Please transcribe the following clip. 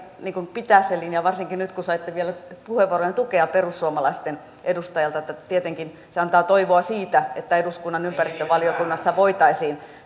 pitää se linja varsinkin nyt kun saitte vielä puheenvuoroonne tukea perussuomalaisten edustajalta tietenkin se antaa toivoa siitä että eduskunnan ympäristövaliokunnassa voitaisiin